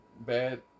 bad